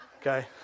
Okay